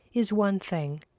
is one thing.